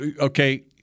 okay